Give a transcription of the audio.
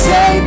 Say